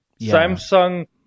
Samsung